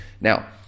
Now